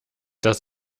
das